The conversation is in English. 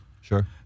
Sure